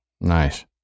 Nice